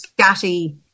scatty